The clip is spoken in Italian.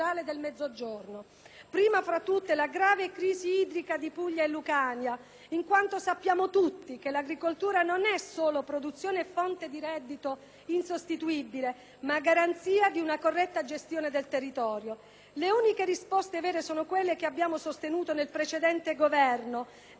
prima fra tutte la grave crisi idrica di Puglia e Lucania, in quanto sappiamo tutti che l'agricoltura non è solo produzione e fonte di reddito insostituibile, ma garanzia di una corretta gestione del territorio. Le uniche risposte vere sono quelle che abbiamo sostenuto nel precedente Governo, nel solco di